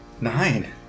Nine